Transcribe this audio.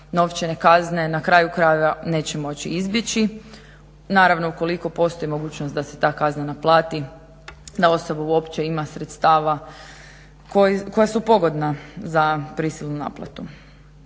novčane kazne na kraju krajeva neće moći izbjeći. Naravno ukoliko postoji mogućnost da se ta kazna naplati, da osoba uopće ima sredstava koja su pogodna za prisilnu naplatu.